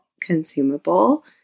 consumable